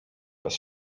bez